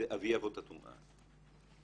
זה אבי-אבות הטומאה,